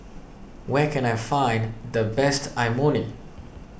where can I find the best Imoni